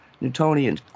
Newtonian